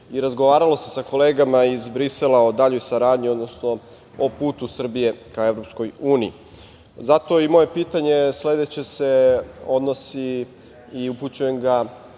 i razgovaralo se sa kolegama iz Brisela o daljoj saradnji, odnosno o putu Srbije ka EU. Zato se moje sledeće pitanje odnosi i upućujem ga